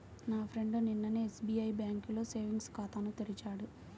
నా ఫ్రెండు నిన్ననే ఎస్బిఐ బ్యేంకులో సేవింగ్స్ ఖాతాను తెరిచాడు